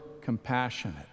compassionate